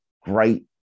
Great